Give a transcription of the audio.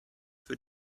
für